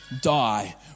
die